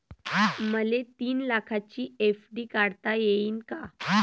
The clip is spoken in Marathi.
मले तीन लाखाची एफ.डी काढता येईन का?